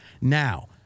Now